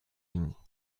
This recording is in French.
unies